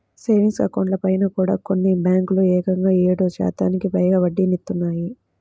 savings అకౌంట్లపైన కూడా కొన్ని బ్యేంకులు ఏకంగా ఏడు శాతానికి పైగా వడ్డీనిత్తన్నాయి